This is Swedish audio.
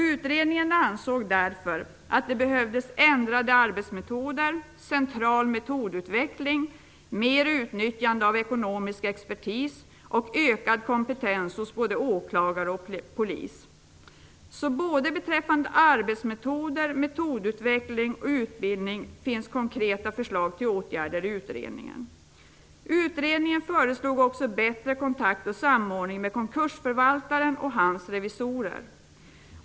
Utredningen ansåg därför att det behövdes ändrade arbetsmetoder, central metodutveckling, mer utnyttjande av ekonomisk expertis och ökad kompetens hos både åklagare och polis. Såväl beträffande arbetsmetoder som metodutveckling och utbildning har alltså utredningen lagt fram konkreta förslag till åtgärder. Utredningen föreslog också bättre kontakt och samordning med konkursförvaltaren och hans revisorer.